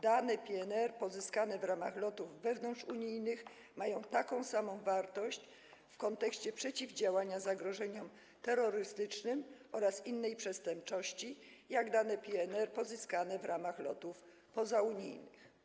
Dane PNR pozyskane w ramach lotów wewnątrzunijnych mają taką samą wartość w kontekście przeciwdziałania zagrożeniom terrorystycznym oraz innej przestępczości, jak dane PNR pozyskane w ramach lotów pozaunijnych.